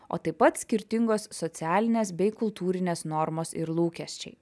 o taip pat skirtingos socialinės bei kultūrinės normos ir lūkesčiai